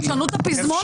די, תשנו את הפזמון כבר.